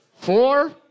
Four